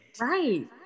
Right